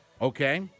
Okay